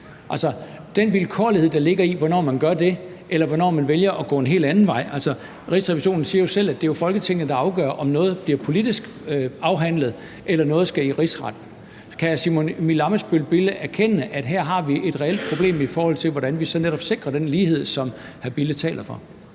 den vilkårlighed, der ligger i, hvornår man gør det, eller hvornår man vælger at gå en helt anden vej. Rigsrevisionen siger jo selv, at det er Folketinget, der afgør, om noget bliver politisk afhandlet, eller om noget skal i Rigsretten. Kan hr. Simon Emil Ammitzbøll-Bille anerkende, at vi her har et reelt problem, i forhold til hvordan vi så netop sikrer den lighed, som hr.